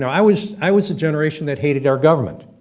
know, i was i was a generation that hated our government,